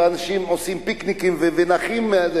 ואנשים עושים פיקניקים ונחים.